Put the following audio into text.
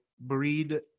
breed